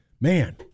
man